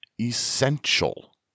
essential